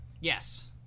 Yes